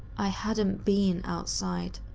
i hadn't been outside.